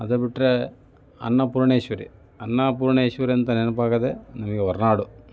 ಅದು ಬಿಟ್ರೆ ಅನ್ನಪೂರ್ಣೇಶ್ವರಿ ಅನ್ನಪೂರ್ಣೇಶ್ವರಿ ಅಂತ ನೆನಪಾಗೋದೇ ನಮಗೆ ಹೊರನಾಡು